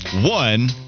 one